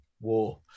war